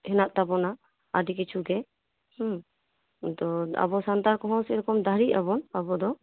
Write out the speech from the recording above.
ᱦᱮᱱᱟᱜ ᱛᱟᱵᱚᱱᱟ ᱟᱹᱰᱤ ᱠᱤᱪᱷᱩᱜᱮ ᱦᱩᱸ ᱟᱫᱚ ᱟᱵᱚ ᱥᱟᱱᱛᱟᱲ ᱠᱚᱦᱚᱸ ᱫᱟᱹᱦᱲᱤᱜ ᱟᱵᱚᱱ ᱟᱵᱚᱫᱚ